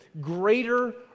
greater